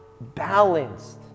Balanced